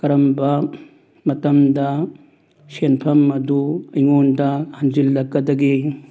ꯀꯔꯝꯕ ꯃꯇꯝꯗ ꯁꯦꯟꯐꯝ ꯑꯗꯨ ꯑꯩꯉꯣꯟꯗ ꯍꯟꯖꯤꯜꯂꯛꯗꯒꯦ